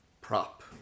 prop